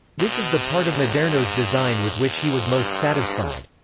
this is the part of maderno's design with which he was most satisfied.